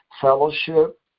fellowship